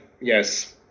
yes